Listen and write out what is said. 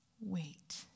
wait